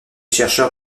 chercheurs